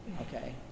Okay